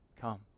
come